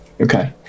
okay